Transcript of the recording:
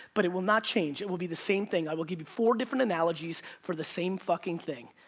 but it will not change, it will be the same thing. i will give you four different analogies for the same fucking thing.